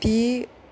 ती